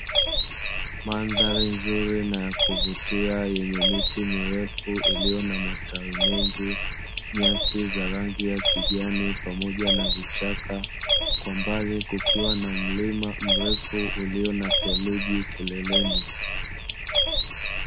Mandhari nzuri na ya kuvutia yenye miti mirefu iliyo na matawi mengi, nyasi za rangi ya kijani pamoja navichaka; kwa mbali kukiwa na mlima mrefu ulio na theluji kileleni.